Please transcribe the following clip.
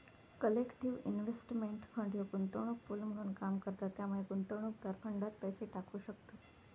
collective investment fund ह्यो गुंतवणूक pool म्हणून काम करता त्यामुळे गुंतवणूकदार फंडात पैसे टाकू शकतत